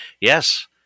Yes